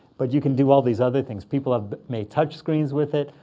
but you can do all these other things. people have made touch screens with it,